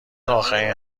آخرین